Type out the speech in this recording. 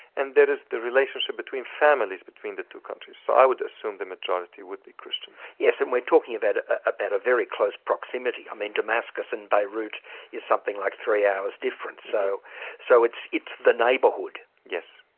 and there is the relationship between families between the two countries. so i would assume the majority would be christians. yes, and we're talking about ah about a very close proximity. i mean, damascus and beirut is something like three hours' difference. so so it's it's the neighbourhood. yes.